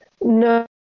No